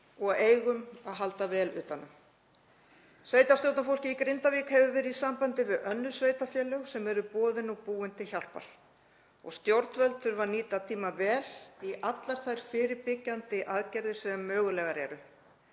og eigum að halda vel utan um. Sveitarstjórnarfólkið í Grindavík hefur verið í sambandi við önnur sveitarfélög sem eru boðin og búin til hjálpar. Stjórnvöld þurfa að nýta tímann vel í allar þær fyrirbyggjandi aðgerðir sem mögulegar eru,